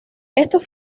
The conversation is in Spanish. estos